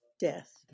death